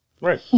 Right